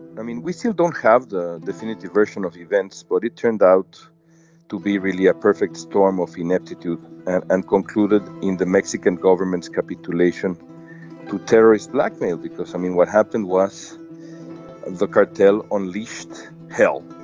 i mean we still don't have the definitive version of events but it turned out to be really a perfect storm of ineptitude and concluded in the mexican government's capitulation to terrorist blackmail because i mean what happened was the cartel unleashed hell